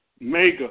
mega